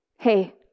Hey